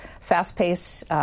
fast-paced